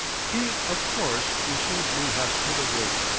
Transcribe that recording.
he, of course, receives me hospitably,